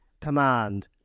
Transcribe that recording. Command